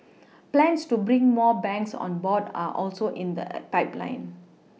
plans to bring more banks on board are also in the pipeline